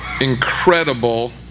incredible